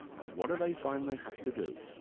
and what do they find they have to do?